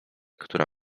która